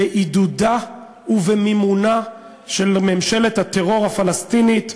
בעידודה ובמימונה של ממשלת הטרור הפלסטינית,